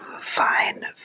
fine